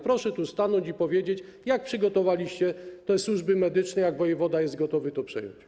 Proszę tu stanąć i powiedzieć, jak przygotowaliście te służby medyczne i na ile wojewoda jest gotowy to przejąć.